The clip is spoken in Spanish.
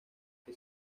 que